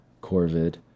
Corvid